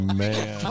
man